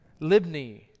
Libni